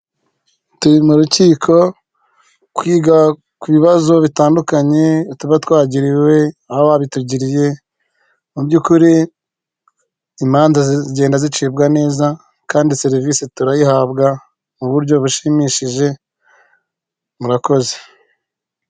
Turi mu rukiko kwiga ku bibazo bitandukanye tuba twagiriwe, ababitugiriye mu by'ukuri imanza zigenda zicibwa neza kandi serivisi turayihabwa mu buryo bushimishije murakoze.